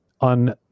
on